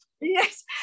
Yes